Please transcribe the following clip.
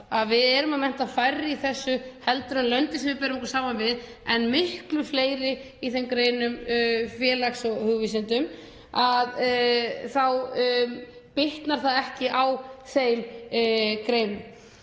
að við erum að mennta færri í þessu heldur en löndin sem við berum okkur saman við en miklu fleiri í félags- og hugvísindum þá bitnar það ekki á þeim greinum.